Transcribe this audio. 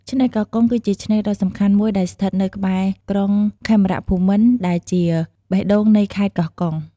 ឆ្នេរកោះកុង គឺជាឆ្នេរដ៏សំខាន់មួយដែលស្ថិតនៅក្បែរ ក្រុងខេមរភូមិន្ទ ដែលជាបេះដូងនៃខេត្តកោះកុង។